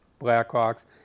Blackhawks